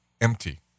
empty